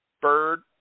Bird